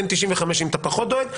N95 אם אתה פחות דואג.